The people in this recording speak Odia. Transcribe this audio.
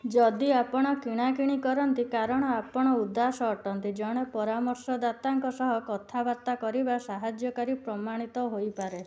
ଯଦି ଆପଣ କିଣାକିଣି କରନ୍ତି କାରଣ ଆପଣ ଉଦାସ ଅଟନ୍ତି ଜଣେ ପରାମର୍ଶଦାତାଙ୍କ ସହ କଥାବାର୍ତ୍ତା କରିବା ସାହାଯ୍ୟକାରୀ ପ୍ରମାଣିତ ହୋଇପାରେ